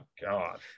god